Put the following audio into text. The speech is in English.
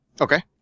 Okay